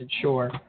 sure